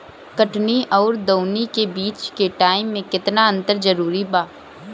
कटनी आउर दऊनी के बीच के टाइम मे केतना अंतर जरूरी बा?